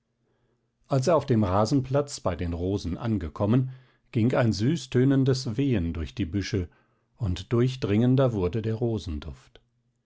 als er auf dem rasenplatz bei den rosen angekommen ging ein süßtönendes wehen durch die büsche und durchdringender wurde der rosenduft